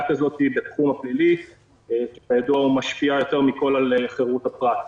כזאת בתחום הפלילי שכידוע הוא משפיע יותר מכול על חירות הפרט.